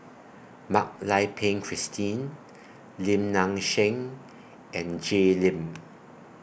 Mak Lai Peng Christine Lim Nang Seng and Jay Lim